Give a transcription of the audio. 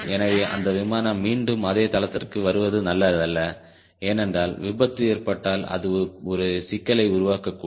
எனவே அந்த விமானம் மீண்டும் அதே தளத்திற்கு வருவது நல்லதல்ல ஏனென்றால் விபத்து ஏற்பட்டால் அது ஒரு சிக்கலை உருவாக்கக்கூடும்